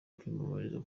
kwiyamamariza